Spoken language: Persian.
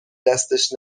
دستش